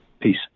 peace